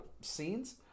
scenes